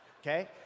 Okay